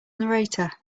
narrator